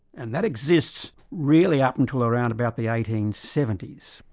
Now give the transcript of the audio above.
and that exists really up until around about the eighteen seventy s.